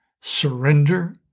surrender